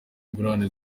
ingurane